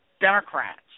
Democrats